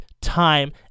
time